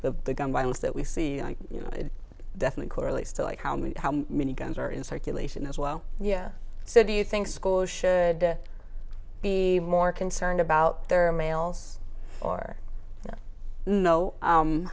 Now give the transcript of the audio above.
the gun violence that we see you know it definitely correlates to like how many how many guns are in circulation as well yeah so do you think schools should be more concerned about their males